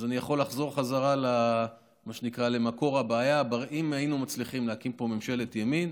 אז אני יכול לחזור למקור הבעיה: אם היינו מצליחים להקים פה ממשלת ימין,